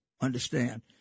understand